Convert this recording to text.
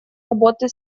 работы